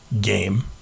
game